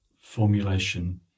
formulation